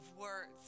words